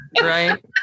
Right